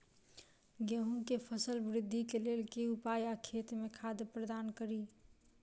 गेंहूँ केँ फसल वृद्धि केँ लेल केँ उपाय आ खेत मे खाद प्रदान कड़ी?